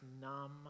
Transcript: numb